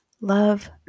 love